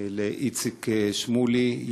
איציק שמולי,